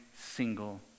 single